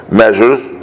measures